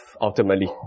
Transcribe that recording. ultimately